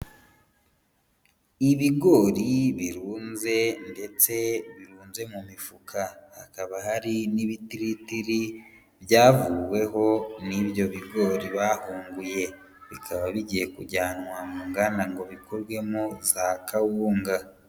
Ibigori birunze ndetse birunze mu mifuka, hakaba hari n'ibitiritiri byavuweho n'ibyo bigori bahunguye bikaba bigiye kujyanwa mu nganda ngo bikorwemo za kawunga.